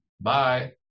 Bye